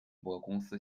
公司